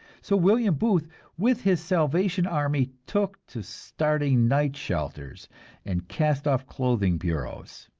so william booth with his salvation army took to starting night shelters and cast-off clothing bureaus!